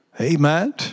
Amen